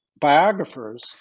biographers